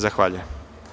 Zahvaljujem.